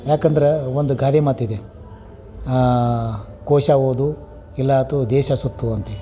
ಯಾಕಂದ್ರೆ ಒಂದು ಗಾದೆ ಮಾತಿದೆ ಕೋಶ ಓದು ಇಲ್ಲ ಅಥವಾ ದೇಶ ಸುತ್ತು ಅಂತೇಳಿ